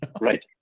Right